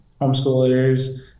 homeschoolers